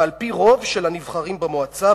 ועל-פי רוב של הנבחרים במועצה,